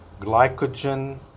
glycogen